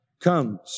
comes